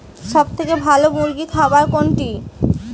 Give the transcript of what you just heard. সবথেকে ভালো মুরগির খাবার কোনটি?